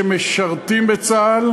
שמשרתים בצה"ל,